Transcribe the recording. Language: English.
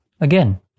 Again